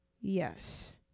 Yes